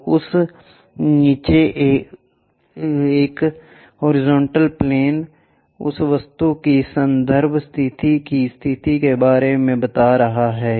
तो उस नीचे एक हॉरिजॉन्टल प्लेन उस वस्तु की संदर्भ स्थिति की स्थिति के बारे में बात करता है